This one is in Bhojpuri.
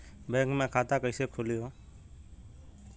बैक मे खाता कईसे खुली हो?